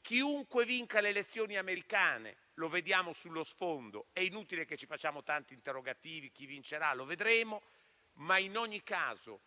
Chiunque vinca le elezioni americane - lo vediamo sullo sfondo ed è inutile che ci facciamo tanti interrogativi su chi vincerà, perché lo vedremo - e in ogni caso